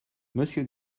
monsieur